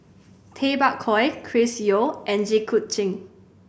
Tay Bak Koi Chris Yeo and Jit Koon Ch'ng